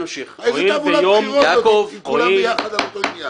איזו תעמולת בחירות זו אם כולם ביחד באותו עניין?